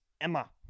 Emma